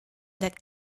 that